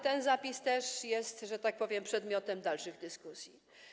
Ten zapis jest też, że tak powiem, przedmiotem dalszych dyskusji.